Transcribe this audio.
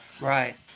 Right